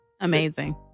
amazing